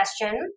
question